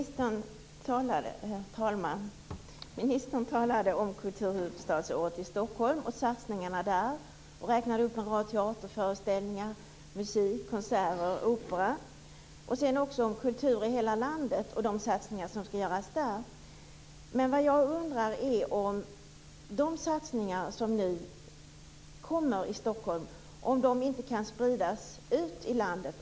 Herr talman! Ministern talade om kulturhuvudstadsåret och om satsningarna i Stockholm. Hon räknade upp en rad teaterföreställningar när det gäller musik, konserter och opera. Det handlade också om detta med kultur i hela landet och de satsningar som skall göras i det sammanhanget. Jag undrar om inte de kommande satsningarna i Stockholm kunde spridas ut i landet.